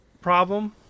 problem